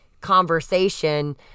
conversation